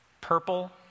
Purple